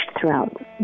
throughout